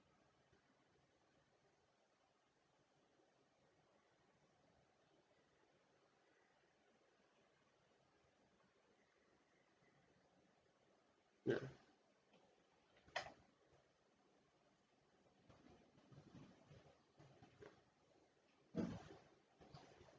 mm